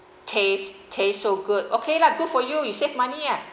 taste taste so good okay lah good for you you save money ah